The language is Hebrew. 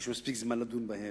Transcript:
יש מספיק זמן לדון בהם.